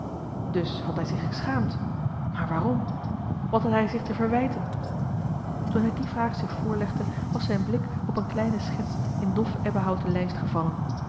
dus had hij zich geschaamd maar waarom wat had hij zich te verwijten toen hij die vraag zich voorlegde was zijn blik op een kleine schets in dof ebbenhouten lijst gevallen